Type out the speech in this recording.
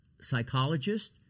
psychologist